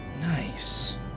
Nice